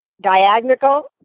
Diagonal